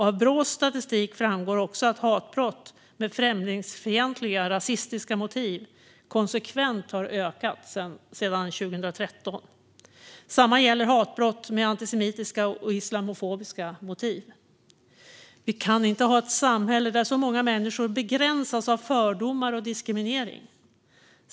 Av Brås statistik framgår också att hatbrott med främlingsfientliga eller rasistiska motiv konsekvent har ökat sedan 2013. Detsamma gäller hatbrott med antisemitiska eller islamofobiska motiv. Vi kan inte ha ett samhälle där så många människor begränsas av fördomar och diskriminering.